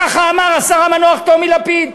ככה אמר השר המנוח טומי לפיד.